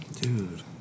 dude